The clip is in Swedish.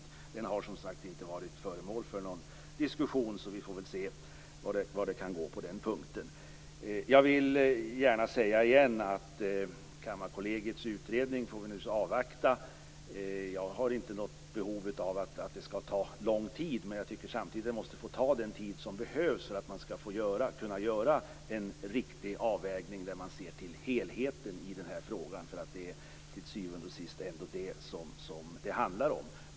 Denna fråga har som sagt inte varit föremål för någon diskussion, så vi får väl se hur det kan gå på den punkten. Jag vill gärna säga igen att vi naturligtvis får avvakta Kammarkollegiets utredning. Jag har inte något behov av att det skall ta lång tid, men jag tycker samtidigt att det måste få ta den tid som behövs för att man skall kunna göra en riktig avvägning där man ser till helheten i den här frågan. Till syvende och sist är det ändå det som det handlar om.